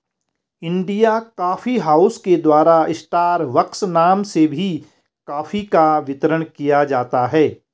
India coffee house के द्वारा Starbucks नाम से भी कॉफी का वितरण किया जाता है